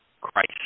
Christ